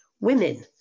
women